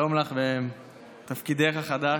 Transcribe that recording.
שלום לך בתפקידך החדש.